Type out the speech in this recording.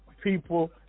people